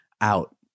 out